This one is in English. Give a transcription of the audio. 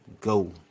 go